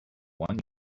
one